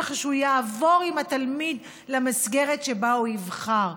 ככה שהוא יעבור עם התלמיד למסגרת שבה הוא יבחר.